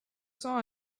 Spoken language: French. cents